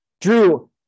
Drew